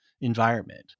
environment